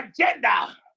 agenda